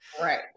Right